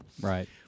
Right